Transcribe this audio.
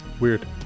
Weird